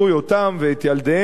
אותם ואת ילדיהם,